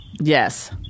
Yes